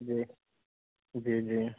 جی جی جی